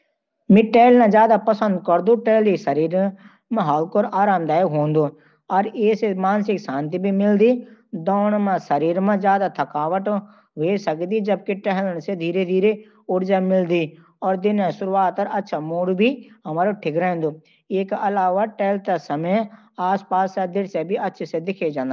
मैं टहलना ज्यादा पसंद करूंगा। टहलना शरीर के लिए हल्का और आरामदायक होलू, अर इससे मानसिक शांति मिलत है। दौड़न स शरीर मं ज्यादा थकावट हो सकती है, जबकि टहलन स धीरे-धीरे ऊर्जा मिलत है और दिन की शुरुआत अच्छे मूड मं हो सकत है। इसके अलावा, टहलते समें आसपास के दृश्य भी अच्छे से देखे जा सकते हैं।